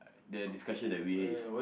the discussion that we